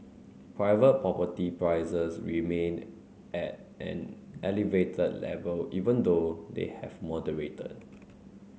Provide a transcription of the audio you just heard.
private property prices remained at an elevated level even though they have moderated